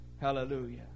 Hallelujah